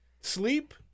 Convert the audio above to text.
sleep